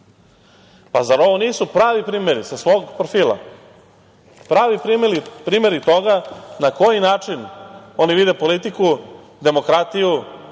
Zar ovo nisu pravi primeri, sa svog profila, pravi primeri toga, na koji način oni vide politiku, demokratiju,